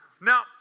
Now